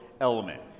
element